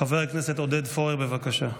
חבר הכנסת עודד פורר, בבקשה.